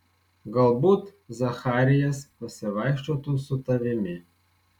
galbūt zacharijas pasivaikščiotų su tavimi